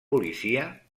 policia